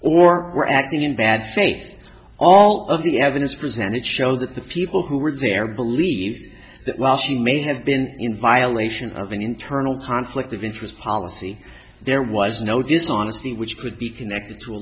or were acting in bad faith all of the evidence presented show that the people who were there believe that while she may have been in violation of an internal conflict of interest policy there was no dishonesty which could be connected to a